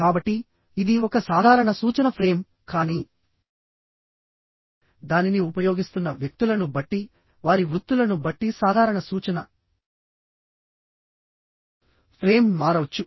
కాబట్టిఇది ఒక సాధారణ సూచన ఫ్రేమ్కానీ దానిని ఉపయోగిస్తున్న వ్యక్తులను బట్టివారి వృత్తులను బట్టి సాధారణ సూచన ఫ్రేమ్ మారవచ్చు